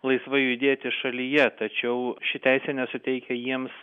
laisvai judėti šalyje tačiau ši teisė nesuteikia jiems